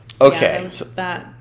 Okay